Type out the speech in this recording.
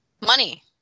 money